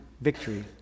victory